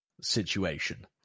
situation